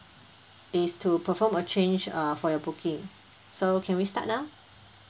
it's to perform a change uh for your booking so can we start now